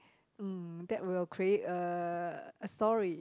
mm that will create a a story